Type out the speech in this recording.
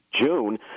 June